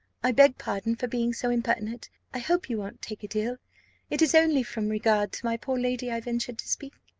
i beg pardon for being so impertinent i hope you won't take it ill it is only from regard to my poor lady i ventured to speak.